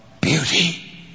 beauty